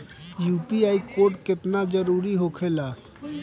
UPI code केतना जरुरी होखेला?